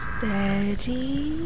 Steady